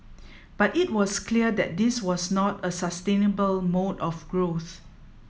but it was clear that this was not a sustainable mode of growth